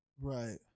Right